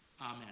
Amen